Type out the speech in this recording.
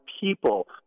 people